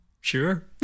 Sure